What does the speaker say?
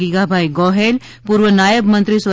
ગીગાભાઇ ગોહિલ પૂર્વ નાયબ મંત્રી સ્વ